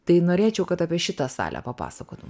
tai norėčiau kad apie šitą salę papasakotum